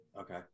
okay